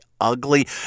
ugly